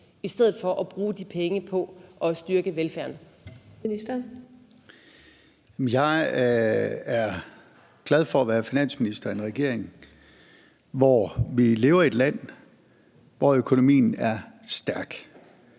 16:58 Finansministeren (Nicolai Wammen): Jamen jeg er glad for at være finansminister i en regering, hvor vi lever i et land, hvor økonomien er stærk,